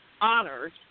honored